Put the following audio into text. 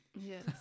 Yes